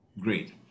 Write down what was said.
Great